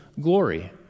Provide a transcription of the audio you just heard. glory